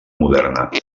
moderna